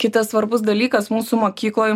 kitas svarbus dalykas mūsų mokykloj